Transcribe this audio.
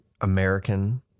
American